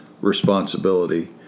responsibility